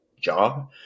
job